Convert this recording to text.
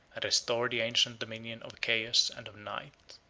and restored the ancient dominion of chaos and of night.